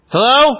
Hello